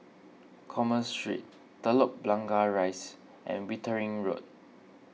Commerce Street Telok Blangah Rise and Wittering Road